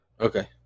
Okay